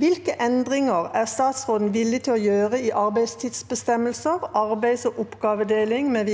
Hvilke endringer er statsråden villig til å gjøre i arbeidstidsbestemmelser, arbeids- og oppgavedeling mv.